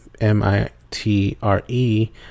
MITRE